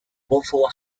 wovor